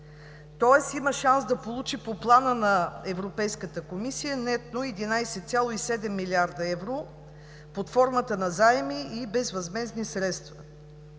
Тоест има шанс да получи по плана на Европейската комисия нетно 11,7 млрд. евро под формата на заеми и безвъзмездни средства.